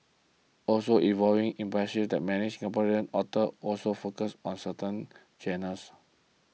also evolving impression that many Singaporean authors also focus on certain genres